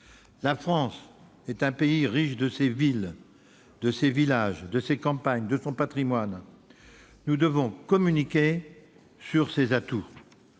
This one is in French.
La France est un pays riche de ses villes, de ses villages, de ses campagnes, de son patrimoine. Nous devons communiquer sur ses atouts.